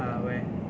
uh where